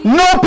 no